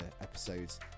episodes